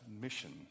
mission